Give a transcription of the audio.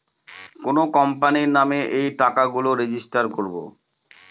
কোনো কোম্পানির নামে এই টাকা গুলো রেজিস্টার করবো